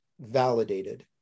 validated